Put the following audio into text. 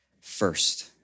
first